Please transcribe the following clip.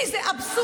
כי זה אבסורד.